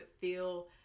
feel